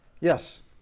Yes